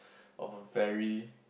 of a very